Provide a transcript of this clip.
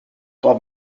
bob